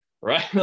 right